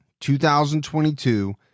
2022